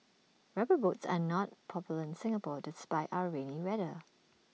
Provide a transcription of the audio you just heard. rubber boots are not popular in Singapore despite our rainy weather